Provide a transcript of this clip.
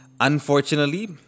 unfortunately